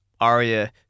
Arya